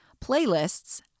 Playlists